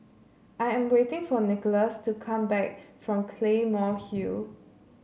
I am waiting for Nickolas to come back from Claymore Hill